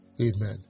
Amen